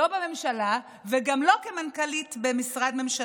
לא בממשלה וגם לא כמנכ"לית במשרד ממשלתי.